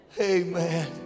Amen